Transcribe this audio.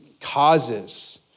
causes